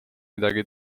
midagi